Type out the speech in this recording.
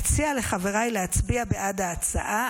אציע לחבריי להצביע בעד ההצעה.